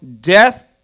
death